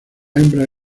hembra